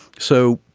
so